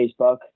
Facebook